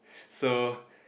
so